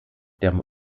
der